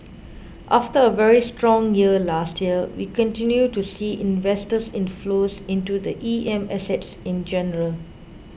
after a very strong year last year we continue to see investor inflows into the E M assets in general